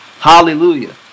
Hallelujah